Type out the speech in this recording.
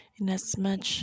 Inasmuch